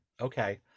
Okay